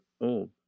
old